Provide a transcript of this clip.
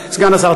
סגן השר.